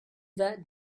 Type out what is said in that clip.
that